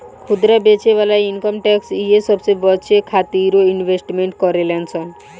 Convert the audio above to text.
खुदरा बेचे वाला इनकम टैक्स इहे सबसे बचे खातिरो इन्वेस्टमेंट करेले सन